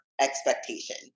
expectation